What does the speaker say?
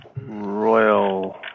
Royal